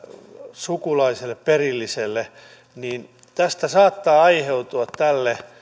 sukulaiselle perillisille niin tästä saattaa aiheutua tälle